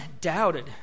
doubted